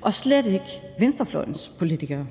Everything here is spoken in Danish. og slet ikke venstrefløjens politikere.